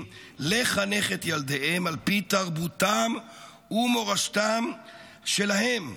לחנך את ילדיהם על פי תרבותם ומורשתם שלהם,